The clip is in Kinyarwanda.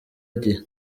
igihe